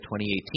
2018